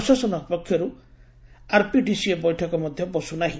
ପ୍ରଶାସନ ପକ୍ଷରୁ ଆରପିଡିସିଏ ବୈଠକ ମଧ୍ୟ ବସୁ ନାହି